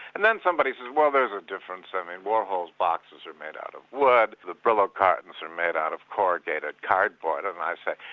and then somebody says, well there's a difference, i mean warhol's boxes are made out of wood, the brillo cartons are made out of corrugated cardboard', and i say,